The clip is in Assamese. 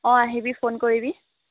অঁ আহিবি ফোন কৰিবি